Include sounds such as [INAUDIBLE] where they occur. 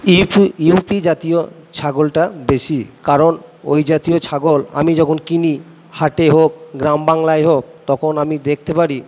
[UNINTELLIGIBLE] you P জাতীয় ছাগলটা বেশি কারণ ওই জাতীয় ছাগল আমি যখন কিনি হাটে হোক গ্রাম বাংলায় হোক তখন আমি দেখতে পারি